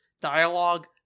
dialogue